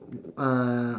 uh